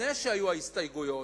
לפני שהיו הסתייגויות,